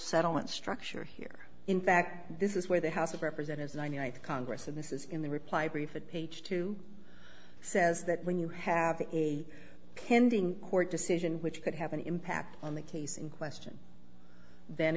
settlement structure here in fact this is where the house of representatives one united congress and this is in the reply brief it page two says that when you have a pending court decision which could have an impact on the case in question th